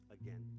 again